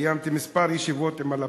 וקיימתי כמה ישיבות עם הלפ"מ,